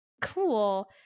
cool